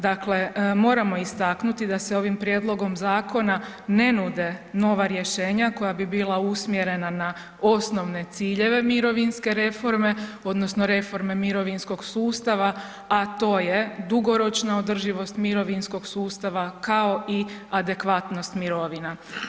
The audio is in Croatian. Dakle, moramo istaknuti da se ovim prijedlogom zakona ne nude nova rješenja koja bi bila usmjerena na osnovne ciljeve mirovinske reforme odnosno reforme mirovinskog sustava, a to je dugoročna održivost mirovinskog sustava kao i adekvatnost mirovina.